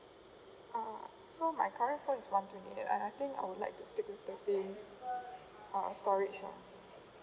uh so my current phone is one two eight and I think I would like to stick with the same uh storage lah